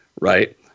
right